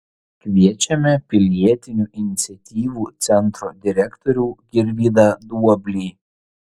kviečiame pilietinių iniciatyvų centro direktorių girvydą duoblį